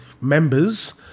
members